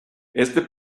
este